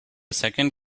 second